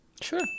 sure